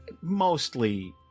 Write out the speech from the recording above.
mostly